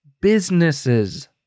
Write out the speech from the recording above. businesses